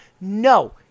No